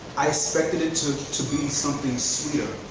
i expected it to to be something sweeter.